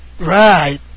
Right